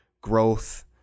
growth